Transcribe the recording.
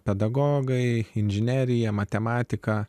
pedagogai inžineriją matematiką